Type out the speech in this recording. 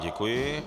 Děkuji.